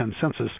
census